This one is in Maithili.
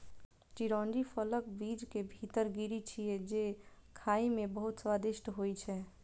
चिरौंजी फलक बीज के भीतर गिरी छियै, जे खाइ मे बहुत स्वादिष्ट होइ छै